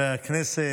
הכנסת,